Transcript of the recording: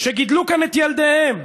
שגידלו כאן את ילדיהם,